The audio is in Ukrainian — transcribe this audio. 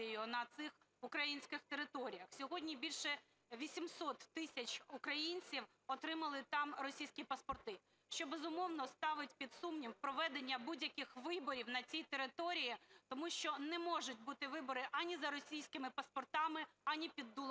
Сьогодні більше 800 тисяч українців отримали там російські паспорти, що, безумовно, ставить під сумнів проведення будь-яких виборів на тій території, тому що не можуть бути вибори ані за російськими паспортами, ані під дулами